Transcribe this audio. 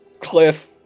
cliff